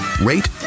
rate